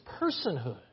personhood